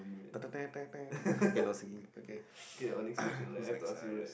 okay no singing okay who's next ah yes